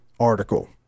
Article